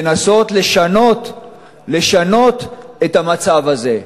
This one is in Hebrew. לנסות לשנות את המצב הזה.